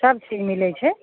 सबचीज मिलै छै